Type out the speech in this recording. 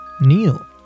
Neil